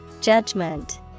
Judgment